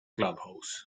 clubhouse